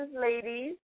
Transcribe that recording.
ladies